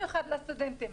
במיוחד לסטודנטים.